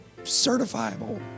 certifiable